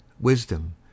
wisdom